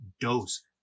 dose